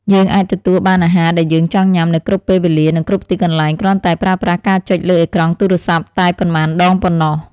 យើងអាចទទួលបានអាហារដែលយើងចង់ញ៉ាំនៅគ្រប់ពេលវេលា និងគ្រប់ទីកន្លែងគ្រាន់តែប្រើប្រាស់ការចុចលើអេក្រង់ទូរស័ព្ទតែប៉ុន្មានដងប៉ុណ្ណោះ។